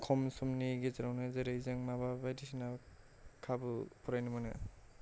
खम समनि गेजेरावनो जेरै जों माबा बायदिसिना खाबु फरायनो मोनो